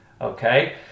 Okay